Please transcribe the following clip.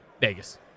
Vegas